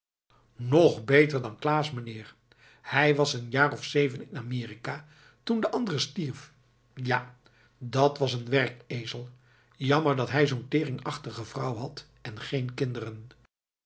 nog beter dan klaas meneer hij was een jaar of zeven in amerika toen de andere stierf ja dat was een werkezel jammer dat hij zoo'n teringachtige vrouw had en geen kinderen